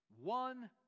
One